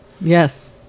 Yes